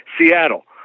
Seattle